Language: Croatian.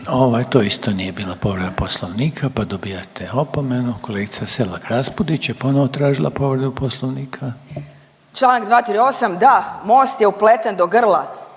to isto nije bila povreda Poslovnika pa dobivate opomenu. Kolegica Selak Raspudić je ponovno tražila povredu Poslovnika. **Selak Raspudić, Marija